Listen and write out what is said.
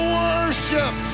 worship